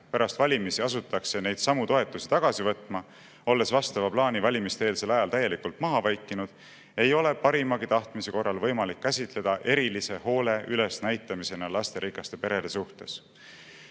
pärast valimisi asutakse neidsamu toetusi tagasi võtma, olles vastava plaani valimiste-eelsel ajal täielikult maha vaikinud, ei ole parimagi tahtmise korral võimalik käsitleda erilise hoole ülesnäitamisena lasterikaste perede suhtes.